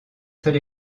seul